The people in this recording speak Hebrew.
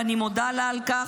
ואני מודה לך על כך.